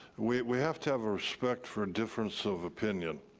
we we have to have respect for difference of opinion,